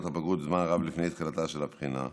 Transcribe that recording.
הבגרות זמן רב לפני תחילתה של הבחינה.